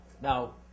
Now